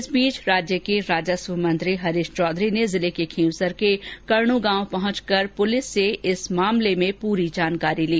इस बीच राज्य के राजस्व मंत्री हरीश चौधरी ने जिले के खींवसर के करणु गांव पहुंच कर पुलिस से इस मामले में पुरी जानकारी ली